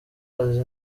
azi